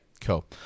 Cool